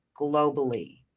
Globally